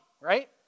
right